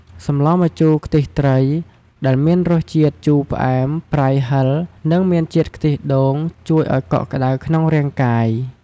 សម្លម្ជូរខ្ទិះត្រី ដែលមានរសជាតិជូរផ្អែម ប្រៃហឹរ និងមានជាតិខ្ទិះដូង ជួយឱ្យកក់ក្តៅក្នុងរាងកាយ។